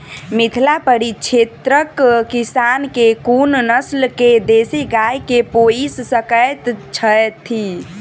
मिथिला परिक्षेत्रक किसान केँ कुन नस्ल केँ देसी गाय केँ पोइस सकैत छैथि?